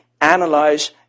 Analyze